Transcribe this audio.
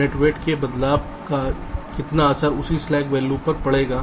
तो net weight में बदलाव का कितना असर इसी स्लैक वैल्यू पर पड़ेगा